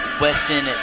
Weston